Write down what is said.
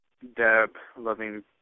Deb-loving